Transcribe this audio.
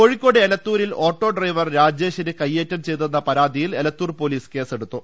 കോഴിക്കോട് എലത്തൂരിൽ ഓട്ടോ ഒര്ഡ്പർ ് രാജേഷിനെ കൈയ്യേറ്റം ചെയ്തെന്ന പരാതിയിൽ എലത്തൂർ പോലീസ് കേസെടുത്തു